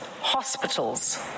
hospitals